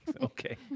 Okay